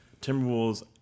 Timberwolves